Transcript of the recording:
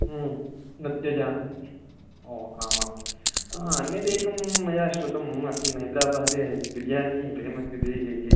न त्यजामि ओ आम् आम् अन्यदेकं मया श्रुतं अस्मिन् हैदराबादे बिरियानी फ़ेमस् इति